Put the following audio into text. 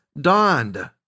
dawned